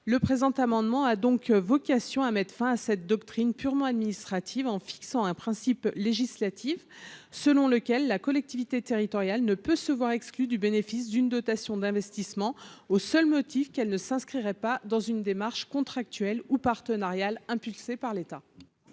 le présent amendement a donc vocation à mettre fin à cette doctrine purement administrative en fixant un principe législatives selon lequel la collectivité territoriale ne peut se voir exclues du bénéfice d'une dotation d'investissement au seul motif qu'elle ne s'inscrirait pas dans une démarche contractuelle ou partenariales impulsée par l'État.